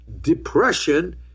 depression